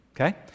okay